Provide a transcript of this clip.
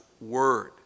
word